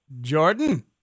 Jordan